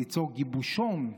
ליצור גיבושון,